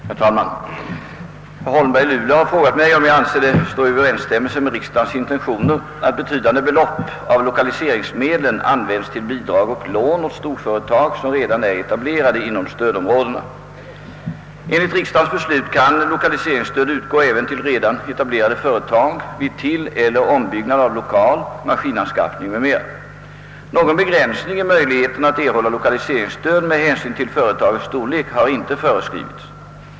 Herr talman! Herr Holmberg i Luleå har frågat mig om jag anser det stå i överensstämmelse med riksdagens intentioner att betydande belopp av lokaliseringsmedlen används till bidrag och lån åt storföretag som redan är etablerade inom stödområdena. Enligt riksdagens beslut kan lokaliseringsstöd utgå även till redan etablerade företag vid tilleller ombyggnad av lokal, maskinanskaffning m.m. Någon begränsning i möjligheterna att erhålla lokaliseringsstöd med hänsyn till företagets storlek har inte föreskrivits.